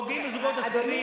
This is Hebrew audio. פוגעים בזוגות הצעירים.